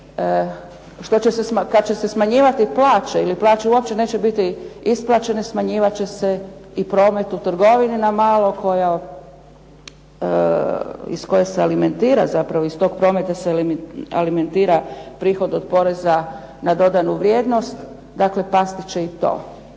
kad će se smanjivati plaće ili plaće uopće neće biti isplaćene smanjivat će se i promet u trgovini na malo iz koje se alimentira, zapravo iz tog prometa se alimentira prihod od poreza na dodanu vrijednost. Dakle, pasti će i to.